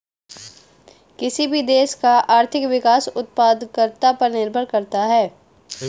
किसी भी देश का आर्थिक विकास उत्पादकता पर निर्भर करता हैं